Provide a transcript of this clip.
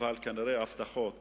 אבל כנראה הבטחות